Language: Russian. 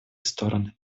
стороны